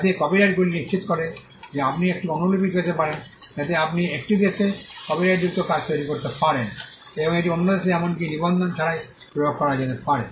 যাতে কপিরাইটগুলি নিশ্চিত করে যে আপনি একটি অনুলিপি পেতে পারেন যাতে আপনি একটি দেশে কপিরাইটযুক্ত কাজ তৈরি করতে পারেন এবং এটি অন্য দেশে এমনকি নিবন্ধন ছাড়াই প্রয়োগ করা যেতে পারে